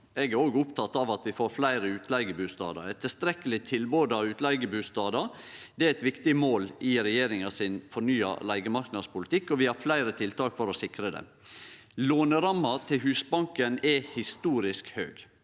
Eg er òg oppteken av at vi får fleire utleigebustader. Eit tilstrekkeleg tilbod av utleigebustader er eit viktig mål i regjeringas fornya leigemarknadspolitikk, og vi har fleire tiltak for å sikre det. Låneramma til Husbanken er historisk høg,